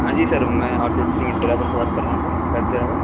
ہاں جی سر میں ڈرائیور سے بات کر رہا ہوں سر کیب ڈرائیور